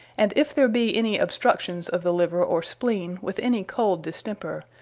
and if there be any obstructions of the liver, or spleene, with any cold distemper,